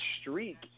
streak –